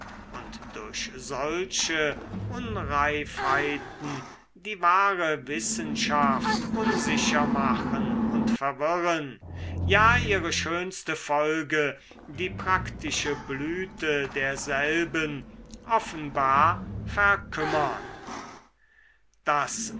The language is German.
und durch solche unreifheiten die wahre wissenschaft unsicher machen und verwirren ja ihre schönste folge die praktische blüte derselben offenbar verkümmern das